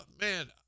man